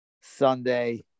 Sunday